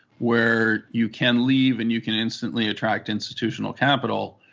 where you can leave and you can instantly attract institutional capital,